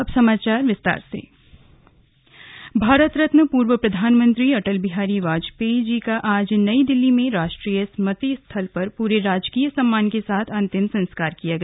अंतिम संस्कार भारत रत्न पूर्व प्रधानमंत्री अटल बिहारी वाजपेयी जी का आज नई दिल्ली में राष्ट्रीय स्मृति स्थल पर प्रे राजकीय सम्मान के साथ अंतिम संस्कार किया गया